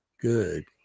Good